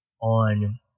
on